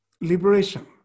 Liberation